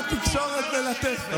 אתה לא, התקשורת מלטפת.